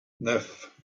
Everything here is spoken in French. neuf